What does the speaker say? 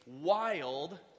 wild